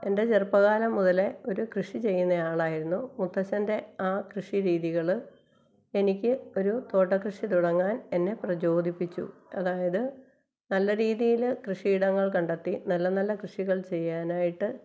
എന്റെ ചെറുപ്പകാലം മുതലെ ഒരു കൃഷി ചെയ്യുന്ന ആളായിരുന്നു മുത്തശ്ശന്റെ ആ കൃഷി രീതികള് എനിക്ക് ഒരു തോട്ടകൃഷി തുടങ്ങാൻ എന്നെ പ്രചോദിപ്പിച്ചു അതായത് നല്ല രീതിയില് കൃഷിയിടങ്ങൾ കണ്ടെത്തി നല്ലനല്ല കൃഷികൾ ചെയ്യാനായിട്ട്